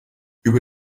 über